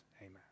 amen